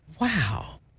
Wow